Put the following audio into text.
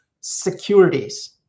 securities